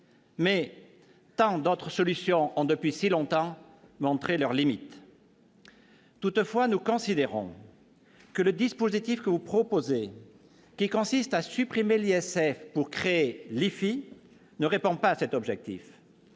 Mais tant d'autres solutions ont depuis si longtemps montré leurs limites. Toutefois, nous considérons que le dispositif que vous proposez consistant à supprimer l'ISF pour créer l'IFI ne répond pas à cet objectif.